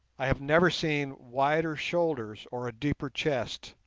i have never seen wider shoulders or a deeper chest.